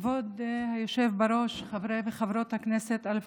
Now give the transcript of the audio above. כבוד היושב בראש, חברי וחברות הכנסת, א.